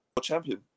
champion